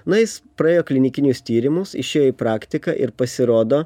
na jis praėjo klinikinius tyrimus išėjo į praktiką ir pasirodo